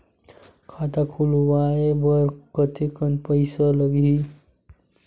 खाता खुलवाय बर कतेकन पईसा लगही?